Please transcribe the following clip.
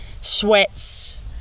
sweats